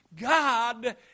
God